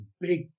big